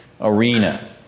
arena